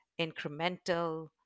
incremental